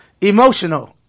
emotional